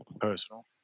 personal